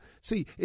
See